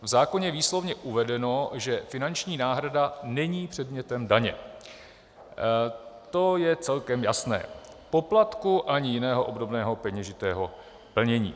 V zákoně je výslovně uvedeno, že finanční náhrada není předmětem daně, to je celkem jasné, poplatku ani jiného obdobného peněžitého plnění.